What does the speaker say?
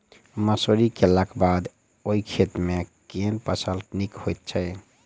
मसूरी केलाक बाद ओई खेत मे केँ फसल नीक होइत छै?